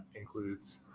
includes